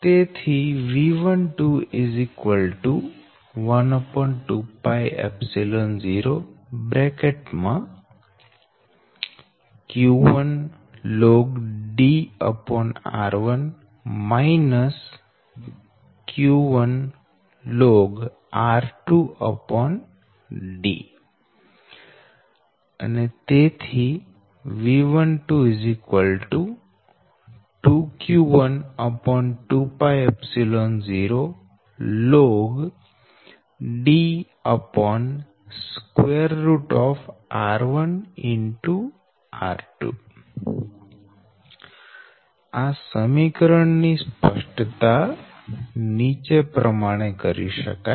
V12120 q1ln D r1 q1ln r2 D V122q120ln Dr1r2 આ સમીકરણ ની સ્પષ્ટતા નીચે પ્રમાણે કરી શકાય